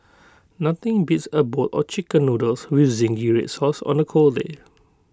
nothing beats A bowl of Chicken Noodles with Zingy Red Sauce on A cold day